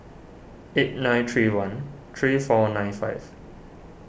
eight nine three one three four nine five